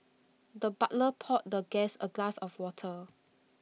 the butler poured the guest A glass of water